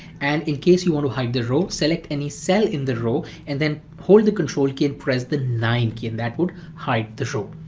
and in case you want to hide the row, select any cell in the row and then hold the control key and press the nine key, and that would hide this row.